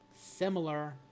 similar